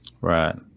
Right